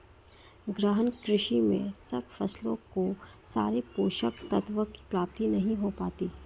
गहन कृषि में सब फसलों को सारे पोषक तत्वों की प्राप्ति नहीं हो पाती